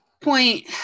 point